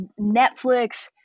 Netflix